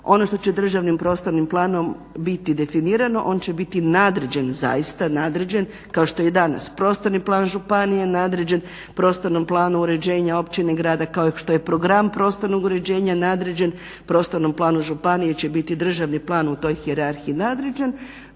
ono što će Državnim prostornim planom biti definirano, on će biti nadređen, zaista nadređen kao što je i danas prostorni plan županije nadređen prostornom planu uređenja općine, grada, kao što je program prostornog uređenja nadređen prostornom planu županije će biti državni plan u toj hijerarhiji nadređen.